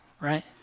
right